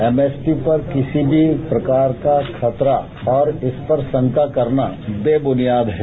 MSP पर किसी भी प्रकार का खतरा और उस पर शंका करना बेबुनियाद है